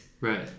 Right